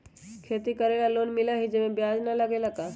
खेती करे ला लोन मिलहई जे में ब्याज न लगेला का?